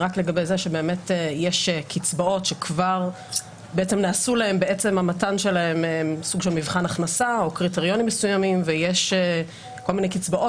אציין שישנן קצבאות שנעשה מבחן הכנסה עבור נתינתן ויש קצבאות